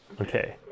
okay